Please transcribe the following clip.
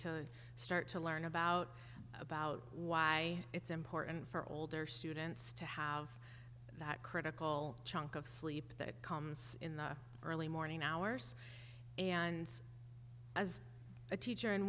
to start to learn about about why it's important for older students to have that critical chunk of sleep that comes in the early morning hours and as a teacher